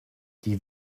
die